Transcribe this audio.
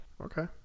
Okay